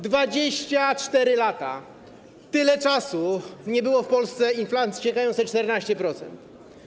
24 lata - tyle czasu nie było w Polsce inflacji sięgającej 14%.